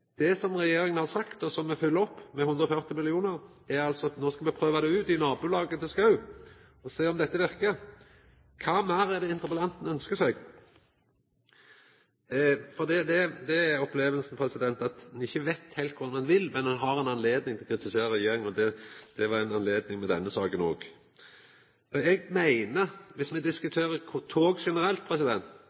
Det som regjeringa har sagt, og som me følgjer opp med 140 mill. kr, er at me no skal prøva det ut i nabolaget til Schou og sjå om dette verkar. Kva meir ønskjer interpellanten seg? For dét er opplevinga, at ein ikkje heilt veit kor ein vil, men ein har ei anledning til å kritisera regjeringa – det var ei anledning med denne saka òg. Eg meiner, dersom me diskuterer tog generelt,